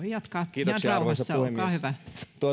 kiitoksia arvoisa puhemies